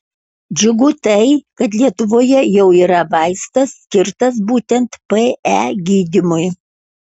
džiugu tai kad lietuvoje jau yra vaistas skirtas būtent pe gydymui